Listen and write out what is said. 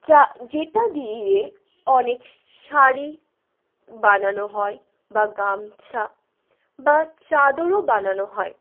যা যেটা দিয়ে অনেক শাড়ি বানানো হয় বা গামছা বা চাদরও বানানো হয়